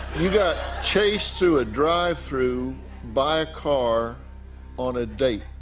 you got chased through a drive-through by a car on a date?